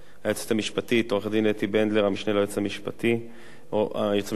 היועצת המשפטית והמשנה ליועץ המשפטי לכנסת